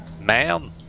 ma'am